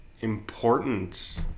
important